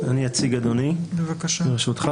אני אציג, אדוני, ברשותך.